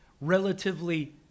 relatively